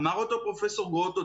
אמר אותו פרופ' גרוטו,